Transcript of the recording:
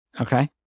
Okay